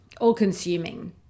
all-consuming